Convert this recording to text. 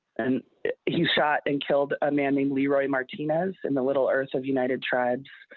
and he shot and killed a man mainly right martinez in the little earth of united tribes.